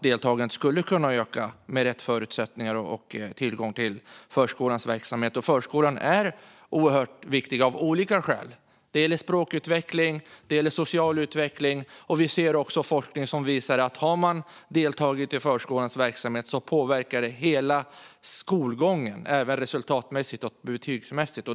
Deltagandet skulle kunna öka med rätt förutsättningar och tillgång till förskolans verksamhet. Förskolan är oerhört viktig av olika skäl. Det gäller språkutveckling, och det gäller social utveckling. Vi ser också forskning som visar att om man har deltagit i förskolans verksamhet påverkar det hela skolgången, även resultatmässigt och betygsmässigt.